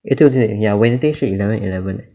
eh 对对 ya wednesday 是 eleven eleven